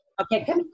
Okay